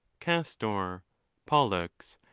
castor, pollux,